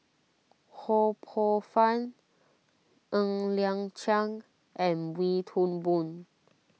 Ho Poh Fun Ng Liang Chiang and Wee Toon Boon